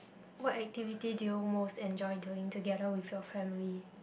what activity do you most enjoy doing together with your family